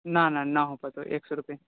ना ना ना हो पयतौ एक सए रुपैए